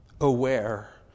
Aware